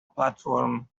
platform